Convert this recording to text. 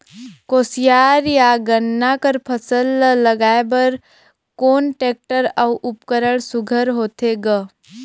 कोशियार या गन्ना कर फसल ल लगाय बर कोन टेक्टर अउ उपकरण सुघ्घर होथे ग?